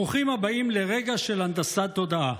ברוכים הבאים לרגע של הנדסת תודעה: